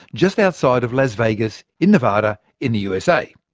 just outside of las vegas in nevada in the usa.